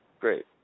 Great